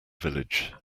village